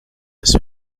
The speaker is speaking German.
des